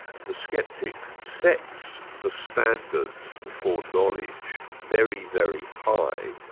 the sceptic sets the standards for knowledge very, very high,